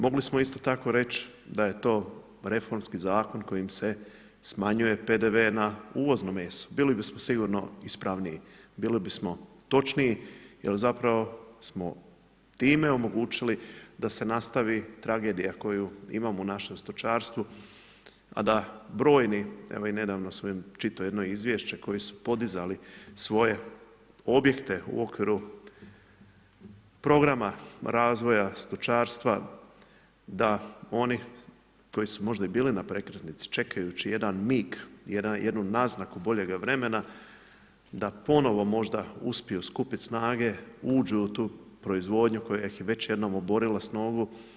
Mogli smo isto tako reći da je to reformski zakon kojim se smanjuje PDV na uvozno meso, bili bismo sigurno ispravniji, bili bismo točniji jer zapravo smo time omogućili da se nastavi tragedija koju imamo u našem stočarstvu a da brojni, evo i nedavno sam čitao jedno izvješće koji su podizali svoje objekte u okviru programa razvoja stočarstva da oni koji su možda i bili na prekretnici čekajući jedan mig, jednu naznaku boljega vremena da ponovno možda uspiju skupiti snage, uđu u tu proizvodnju koja ih je već jednom oborila s nogu.